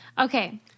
Okay